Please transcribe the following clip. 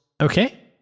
Okay